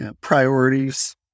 priorities